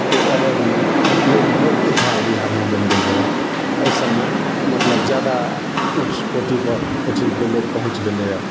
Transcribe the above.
के एबज मे लोग बहुत खुशहाल बिहारमे बैन गेलैया एहि सबमे मतलब जादा उच्च कोटिपर एहिठामके लोग पहुँच गेलैया